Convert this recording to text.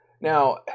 now